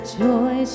joy